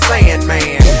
Sandman